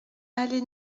allée